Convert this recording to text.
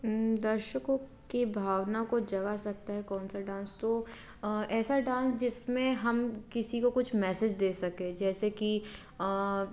दर्शकों के भावना को जगा सकता है कौनसा डांस तो ऐसा डांस जिसमें हम किसी को कुछ मैसेज दे सकें जैसे कि